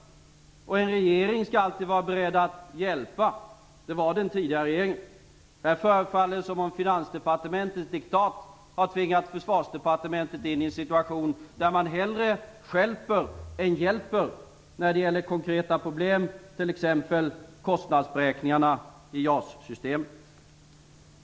En regering skall alltid vara beredd att hjälpa. Det var den tidigare regeringen. Här förefaller det som om Finansdepartementets diktat har tvingat Försvarsdepartementet in i en situation där man hellre stjälper än hjälper när det gäller konkreta problem, t.ex. kostnadsberäkningarna i JAS-systemet.